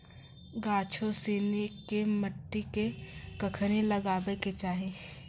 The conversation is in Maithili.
गाछो सिनी के मट्टी मे कखनी लगाबै के चाहि?